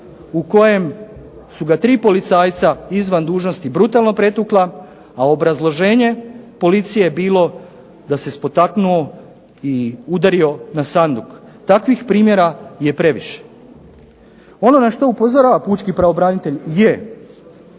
u kojem su ga tri policajca izvan dužnosti brutalno pretukla, a obrazloženje policije je bilo da se spotaknuo i udario na sanduk. Takvih primjera je previše. Ono na što upozorava pučki pravobranitelj je